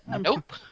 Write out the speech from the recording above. Nope